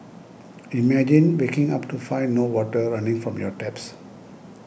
imagine waking up to find no water running from your taps